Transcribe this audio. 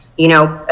you know.